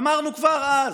אמרנו כבר אז.